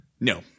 No